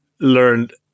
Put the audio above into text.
learned